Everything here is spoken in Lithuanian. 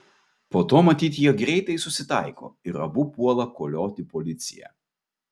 po to matyt jie greitai susitaiko ir abu puola kolioti policiją